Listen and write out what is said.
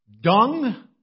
dung